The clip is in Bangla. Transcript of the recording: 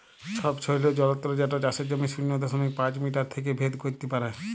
ছবছৈলর যলত্র যেট চাষের জমির শূন্য দশমিক পাঁচ মিটার থ্যাইকে ভেদ ক্যইরতে পারে